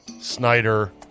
Snyder